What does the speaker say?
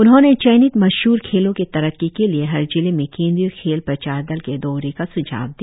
उन्होंने चयनित मशहर खेलो के तरक्की के लिए हर जिले में केंद्रीय खेल प्रचार दल के दौरे का सुझाव दिया